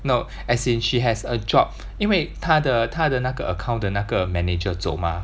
no as in she has a job 因为他的他的那个 account 的那个 manager 走 mah